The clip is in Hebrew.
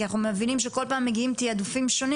כי אנחנו מבינים שכל פעם מגיעים תיעדופים שונים